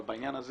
אבל בעניין הזה